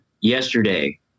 yesterday